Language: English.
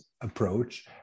approach